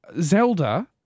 Zelda